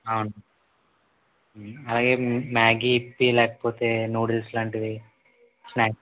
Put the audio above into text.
అవును అలాగే Maggi Yippee లేకపోతే నూడిల్స్ లాంటివి స్నాక్స్